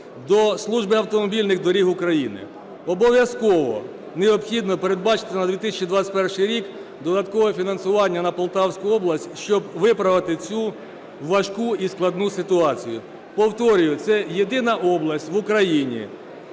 до Служби автомобільних доріг України. Обов'язково необхідно передбачити на 2021 рік додаткове фінансування на Полтавську область, щоб виправити цю важку і складну ситуацію. Повторюю, це єдина область в Україні,